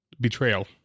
betrayal